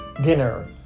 dinner